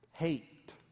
hate